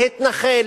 להתנחל,